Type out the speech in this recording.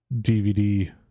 dvd